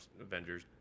Avengers